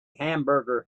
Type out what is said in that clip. hamburger